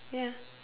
ya